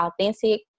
authentic